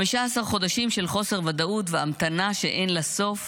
הוא עובד הכי קשה פה באולם המליאה, לפחות בשעות